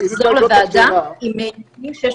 נוכל לחזור לוועדה עם נתונים שיש